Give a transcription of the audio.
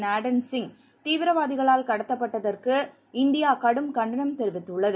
நேடன் சிங் தீவிரவாதிகளால் கடத்தப்பட்டதற்கு இந்தியா கடும் கண்டனம் தெரிவித்துள்ளது